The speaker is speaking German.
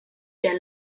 der